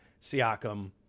Siakam